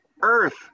earth